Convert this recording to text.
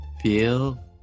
Feel